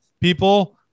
people